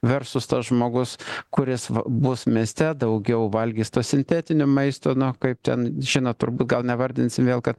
versus tas žmogus kuris bus mieste daugiau valgys to sintetinio maisto nu kaip ten žinot turbūt gal nevardinsim vėl kad